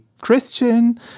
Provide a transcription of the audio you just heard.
Christian